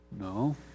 No